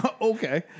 Okay